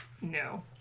No